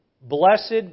Blessed